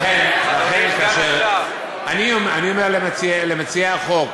אני אומר למציעי החוק,